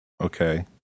okay